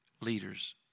leaders